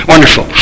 Wonderful